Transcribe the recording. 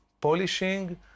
polishing